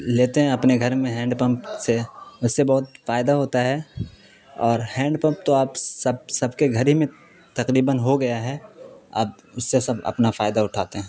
لیتے ہیں اپنے گھر میں ہینڈ پمپ سے اس سے بہت فائدہ ہوتا ہے اور ہینڈ پمپ تو آپ سب سب کے گھر ہی میں تقریباً ہو گیا ہے اب اس سے سب اپنا فائدہ اٹھاتے ہیں